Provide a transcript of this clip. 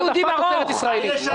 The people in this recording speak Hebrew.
אתה צריך העדפת תוצרת ישראלית.